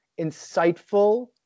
insightful